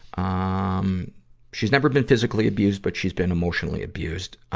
ah um she's never been physically abused, but she's been emotionally abused.